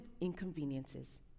inconveniences